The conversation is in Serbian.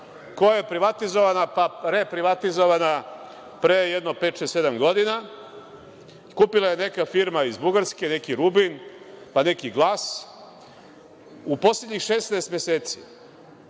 koja je privatizovana pa reprivatizovana pre jedno pet, šest, sedam godina, kupila je neka firma iz Bugarske neki „Rubin“, pa neki „Glas“. U poslednjih 16 meseci